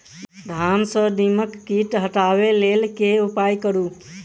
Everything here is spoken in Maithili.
धान सँ दीमक कीट हटाबै लेल केँ उपाय करु?